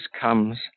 comes